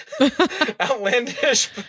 outlandish